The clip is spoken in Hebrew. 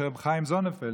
שרבי חיים זוננפלד,